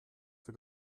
für